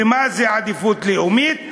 ומה זה עדיפות לאומית?